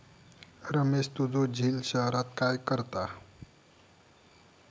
रमेश तुझो झिल शहरात काय करता?